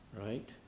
right